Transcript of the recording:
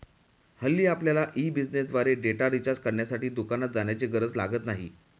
हल्ली आपल्यला ई बिझनेसद्वारे डेटा रिचार्ज करण्यासाठी दुकानात जाण्याची गरज लागत नाही